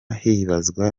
hibazwa